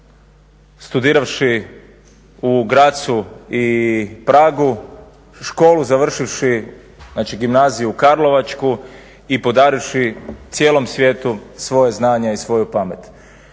studiravši u Gratzu i Pragu, školu završivši znači gimnaziju karlovačku i podarivši cijelom svijetu svoja znanja i svoju pamet.